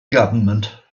government